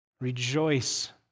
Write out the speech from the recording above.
rejoice